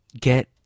get